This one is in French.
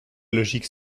logique